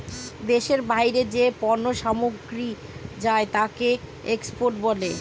দেশের বাইরে যে পণ্য সামগ্রী যায় তাকে এক্সপোর্ট বলে